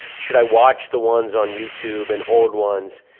should i watch the ones on youtube and old ones?